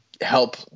help